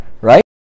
right